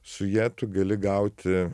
su ja tu gali gauti